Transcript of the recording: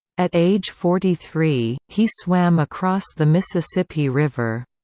at age forty three, he swam across the mississippi river.